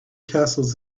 castles